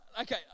okay